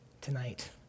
tonight